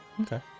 okay